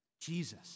Jesus